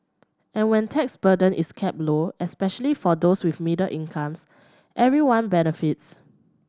and when tax burden is kept low especially for those with middle incomes everyone benefits